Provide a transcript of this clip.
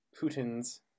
Putin's